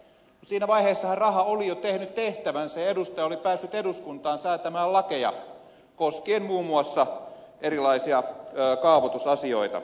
siinä vaiheessahan raha oli jo tehnyt tehtävänsä ja edustaja oli päässyt eduskuntaan säätämään lakeja koskien muun muassa erilaisia kaavoitusasioita